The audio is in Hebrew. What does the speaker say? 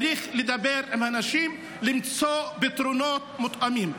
צריך לדבר עם האנשים, למצוא פתרונות מותאמים.